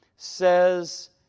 says